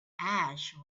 ash